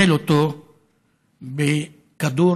אדוני השר,